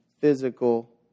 physical